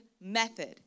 method